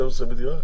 12 בדירה?